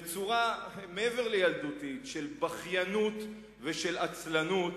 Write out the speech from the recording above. בצורה מעבר לילדותית, של בכיינות ושל עצלנות.